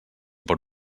per